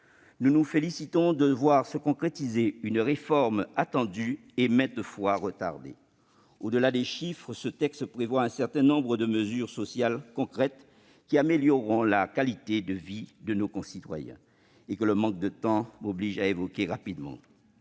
Nous nous félicitons de voir se concrétiser une réforme attendue et maintes fois retardée. Au-delà des chiffres, ce texte prévoit un certain nombre de mesures sociales concrètes, qui amélioreront la qualité de vie de nos concitoyens et que le manque de temps m'oblige à évoquer rapidement.